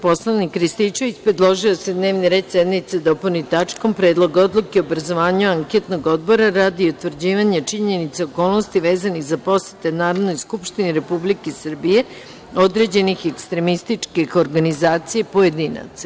Narodni poslanik Marijan Rističević predložio je da se dnevni red sednice dopuni tačkom – Predlog odluke o obrazovanju anketnog odbora radi utvrđivanja činjenice i okolnosti vezanih za posete Narodnoj skupštini Republike Srbije određenih ekstremističkih organizacija i pojedinaca.